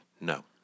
No